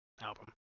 album